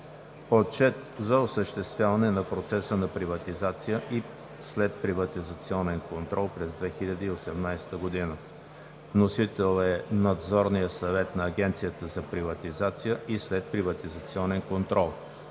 Отчет за осъществяване на процеса на приватизация и следприватизационен контрол през 2018 г. Вносител е Надзорният съвет на Агенцията за приватизация и следприватизационен контрол.